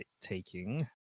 taking